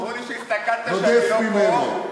אמרו לי שהסתכלת, שאני לא פה.